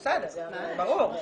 בסדר, ברור.